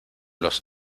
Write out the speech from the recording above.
los